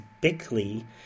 Bickley